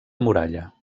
muralla